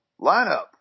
lineup